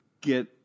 get